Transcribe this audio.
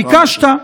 ביקשת.